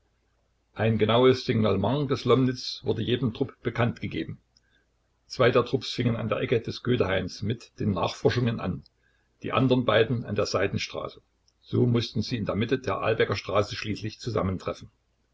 ein genaues signalement des lomnitz wurde jedem trupp bekanntgegeben zwei der trupps fingen an der ecke des goethehains mit den nachforschungen an die andern beiden an der seitenstraße so mußten sie in der mitte der ahlbecker straße schließlich zusammentreffen